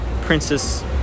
Princess